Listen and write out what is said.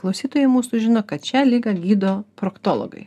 klausytojai mūsų žino kad šią ligą gydo proktologai